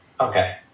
Okay